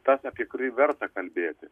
tas apie kurį verta kalbėti